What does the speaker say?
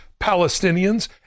Palestinians